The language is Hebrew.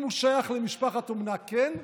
אם הוא שייך למשפחת אומנה, כן,